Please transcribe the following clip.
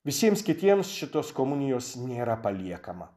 visiems kitiems šitos komunijos nėra paliekama